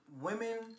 Women